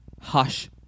hush